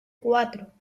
cuatro